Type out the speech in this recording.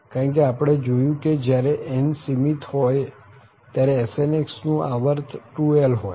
કારણ કે આપણે જોયું કે જયારે n સીમિત હોય ત્યારે Sn નું આવર્ત 2l હોય